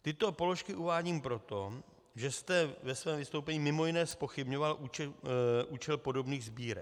Tyto položky uvádím proto, že jste ve svém vystoupení mimo jiné zpochybňoval účel podobných sbírek.